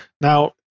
Now